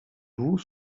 vous